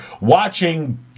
watching